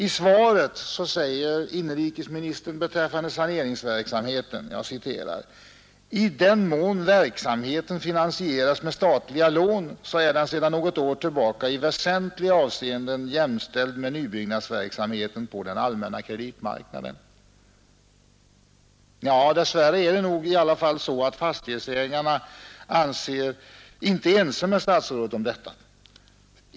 I svaret säger inrikesministern beträffande saneringsverksamheten: ”I den mån verksamheten finansieras med statliga lån är den sedan något år tillbaka i väsentliga avseenden jämställd med nybyggnadsverksamheten på den allmänna kreditmarknaden.” Dess värre är det nog ändå så att fastighetsägarna inte är ense med statsrådet om detta.